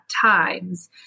times